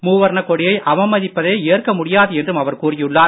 மூவர்ண கொடியை அவமதிப்பதை ஏற்க முடியாது என்றும் அவர் கூறியுள்ளார்